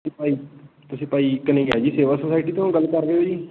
ਤੁਸੀਂ ਭਾਈ ਘਨੱਈਆ ਜੀ ਸੇਵਾ ਸੋਸਾਇਟੀ ਤੋਂ ਗੱਲ ਕਰਦੇ ਹੋ ਜੀ